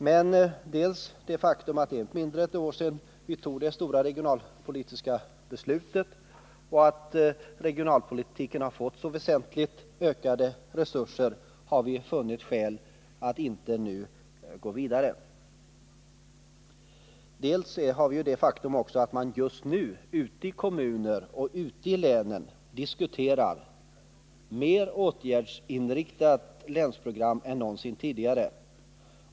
Det beror i stället dels på det faktum att det är mindre än ett år sedan vi fattade det stora regionalpolitiska beslutet som gav regionalpolitiken väsentligt ökade resurser, dels på det faktum att man ute i kommuner och län diskuterar mer åtgärdsinriktade länsprogram än någonsin tidigare.